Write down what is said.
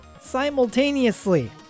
simultaneously